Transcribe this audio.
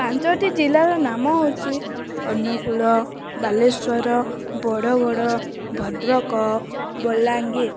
ପାଞ୍ଚଟି ଜିଲ୍ଲାର ନାମ ହଉଛି ଅନୁଗୁଳ ବାଲେଶ୍ୱର ବରଗଡ଼ ଭଦ୍ରକ ବଲାଙ୍ଗୀର